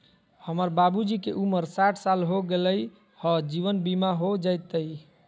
हमर बाबूजी के उमर साठ साल हो गैलई ह, जीवन बीमा हो जैतई?